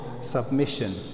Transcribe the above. submission